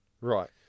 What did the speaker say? Right